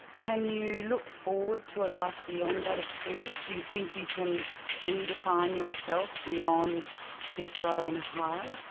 can you look forward to a life beyond that experience, do you think you can redefine yourself beyond death row in ohio?